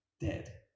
dead